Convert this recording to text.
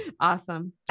Awesome